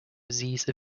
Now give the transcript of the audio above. disease